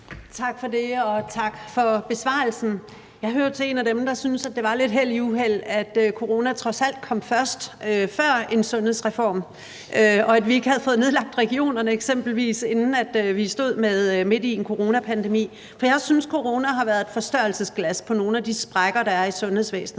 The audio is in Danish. Tak for det, og tak for besvarelsen. Jeg hører jo til dem, der synes, at det var lidt held i uheld, at corona trods alt kom først, før en sundhedsreform, og at vi eksempelvis ikke havde fået nedlagt regionerne, inden vi stod midt i en coronapandemi, for jeg synes, at corona har været et forstørrelsesglas på nogle af de sprækker, der er i sundhedsvæsenet.